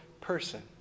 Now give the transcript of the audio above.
person